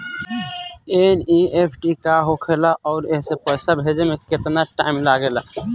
NEFT का होखे ला आउर एसे पैसा भेजे मे केतना टाइम लागेला?